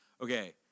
Okay